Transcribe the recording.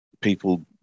people